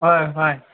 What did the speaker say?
ꯍꯣꯏ ꯍꯣꯏ